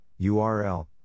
URL